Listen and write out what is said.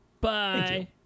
Bye